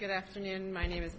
good afternoon my name is